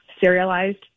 serialized